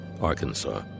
Arkansas